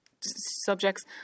subjects